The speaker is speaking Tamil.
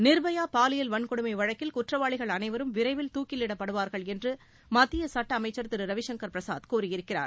நிர்பயா பாலியல் வன்கொடுமை வழக்கில் குற்றவாளிகள் அனைவரும் விரைவில் தூக்கிலிடப்படுவார்கள் என்று மத்திய சட்ட அமைச்சர் திரு ரவிசங்கர் பிரசாத் கூறியிருக்கிறார்